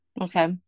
Okay